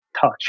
touch